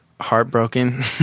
heartbroken